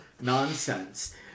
nonsense